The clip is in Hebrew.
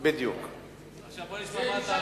זאת גישה